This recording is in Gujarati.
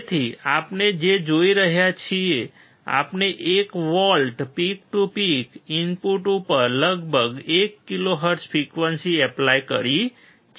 તેથી આપણે જે જોઈ રહ્યા છીએ આપણે 1 volt peak to peak input ઉપર લગભગ 1 કિલોહર્ટ્ઝ ફ્રીક્વન્સી એપ્લાઈડ કરી છે